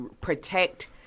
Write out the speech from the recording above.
protect